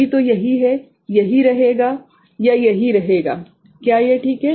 अभी तो यहीं है यहीं रहेगा या यहीं रहेगा क्या यह ठीक है